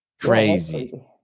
Crazy